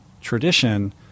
tradition